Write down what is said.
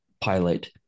pilot